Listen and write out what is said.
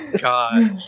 God